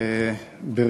תודה,